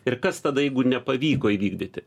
ir kas tada jeigu nepavyko įvykdyti